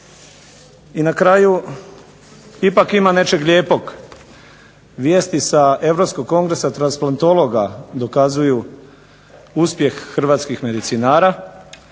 I na kraju, ipak ima nečeg lijepog, vijesti sa europskog kongresa transplantologa dokazuju uspjeh hrvatskih medicinara,